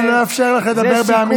גברתי, אני לא אאפשר לך לדבר בעמידה.